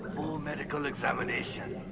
medical examination.